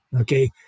Okay